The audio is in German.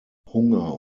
hunger